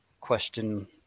question